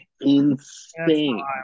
insane